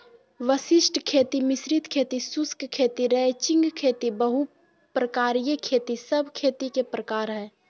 वशिष्ट खेती, मिश्रित खेती, शुष्क खेती, रैचिंग खेती, बहु प्रकारिय खेती सब खेती के प्रकार हय